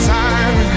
time